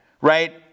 right